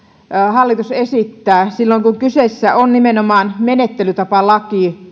hallitus esittää on erinomaisen hyvä silloin kun kyseessä on nimenomaan menettelytapalaki